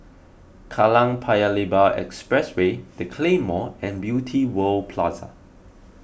Kallang Paya Lebar Expressway the Claymore and Beauty World Plaza